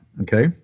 okay